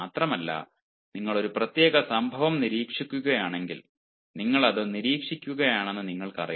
മാത്രമല്ല നിങ്ങൾ ഒരു പ്രത്യേക സംഭവം നിരീക്ഷിക്കുകയാണെങ്കിൽ നിങ്ങൾ അത് നിരീക്ഷിക്കുകയാണെന്ന് നിങ്ങൾക്കറിയാം